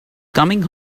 coming